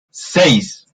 seis